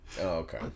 okay